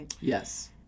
yes